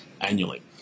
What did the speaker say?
annually